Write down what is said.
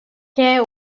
què